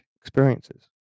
experiences